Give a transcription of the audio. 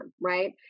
right